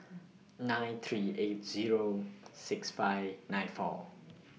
nine three eight Zero six five nine four